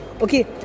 okay